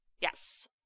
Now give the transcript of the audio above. Yes